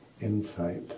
insight